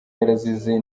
yarazize